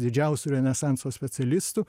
didžiausių renesanso specialistų